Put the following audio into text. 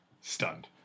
stunned